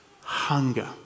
hunger